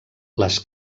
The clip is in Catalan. les